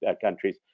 countries